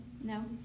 No